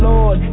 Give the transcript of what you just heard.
Lord